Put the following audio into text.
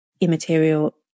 immaterial